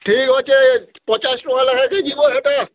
ଠିକ୍ ଅଛେ ପଚାଶ୍ ଟଙ୍ଗା ଲେଖା କେ ଜି ବୋ ହେଟା